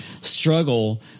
Struggle